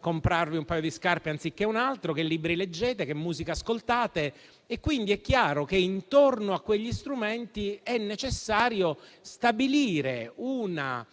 comprarvi un paio di scarpe anziché un altro, che libri leggete o che musica ascoltate. È chiaro quindi che intorno a quegli strumenti è necessario stabilire una